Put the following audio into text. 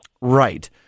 Right